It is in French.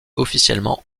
officiellement